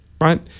right